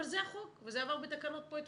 אבל זה החוק וזה עבר בתקנות פה אתמול.